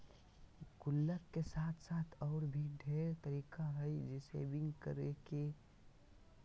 गुल्लक के साथ साथ और भी ढेर तरीका हइ सेविंग्स करे के